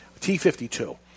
T52